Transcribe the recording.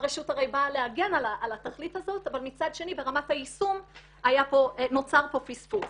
הרי באה להגן על התכלית הזאת אבל מצד שני ברמת היישום נוצר פה פספוס.